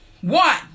One